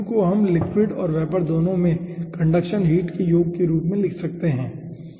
तो Q को हम लिक्विड और वेपर दोनों में कंडक्शन हीट के योग के रूप में लिख सकते हैं ठीक है